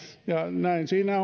näin siinä